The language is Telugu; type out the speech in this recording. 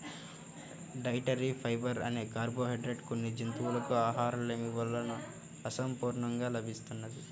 డైటరీ ఫైబర్ అనే కార్బోహైడ్రేట్ కొన్ని జంతువులకు ఆహారలేమి వలన అసంపూర్ణంగా లభిస్తున్నది